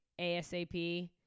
ASAP